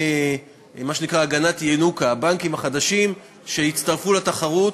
מה שנקרא "הגנת ינוקא" על הבנקים החדשים שיצטרפו לתחרות,